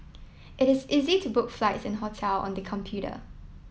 it is easy to book flight and hotel on the computer